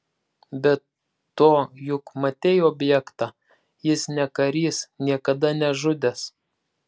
be to juk matei objektą jis ne karys niekada nežudęs